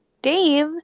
Dave